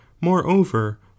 moreover